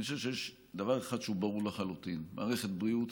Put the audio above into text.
אני חושב שיש דבר אחד שהוא ברור לחלוטין: מערכת בריאות